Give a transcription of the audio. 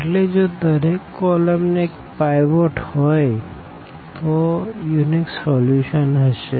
એટલે જો દરેક કોલમ ને એક પાઈવોટ હોઈ તો યુનિક સોલ્યુશન હશે